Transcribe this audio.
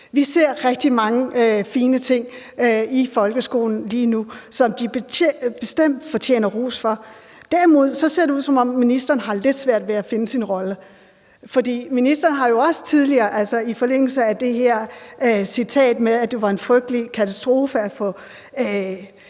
Vi ser rigtig mange fine ting i folkeskolen lige nu, som de bestemt fortjener ros for. Derimod ser det ud, som om ministeren har lidt svært ved at finde sin rolle, for ministeren har jo også tidligere – altså i forlængelse af det her med, at det var en frygtelig katastrofe at få